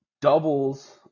doubles